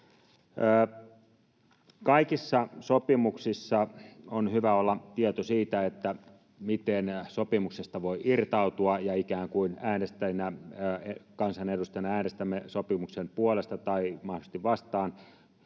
Kaikissa sopimuksissa on hyvä olla tieto siitä, miten sopimuksesta voi irtautua, ja kun ikään kuin äänestäjinä, kansanedustajina, äänestämme sopimuksen puolesta tai mahdollisesti vastaan